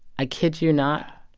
i kid you not.